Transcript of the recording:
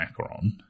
macaron